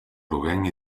groguenc